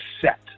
set